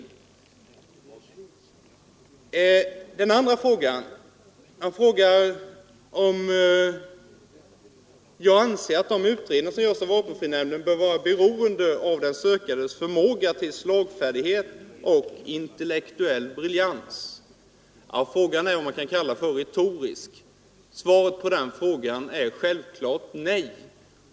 I sin andra fråga undrar herr Wikström om jag anser att de utredningar som görs av vapenfrinämnden bör vara beroende av de sökandes förmåga till slagfärdighet och intellektuell briljans. Den frågan är vad man brukar kalla retorisk. Svaret på frågan är självfallet nej.